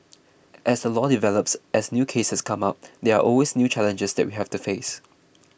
as the law develops as new cases come up there are always new challenges that we have to face